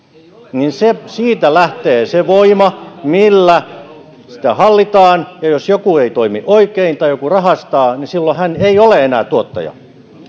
niin siitä lähtee se voima millä sitä hallitaan ja jos joku ei toimi oikein tai joku rahastaa niin silloin hän ei ole enää tuottaja